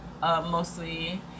mostly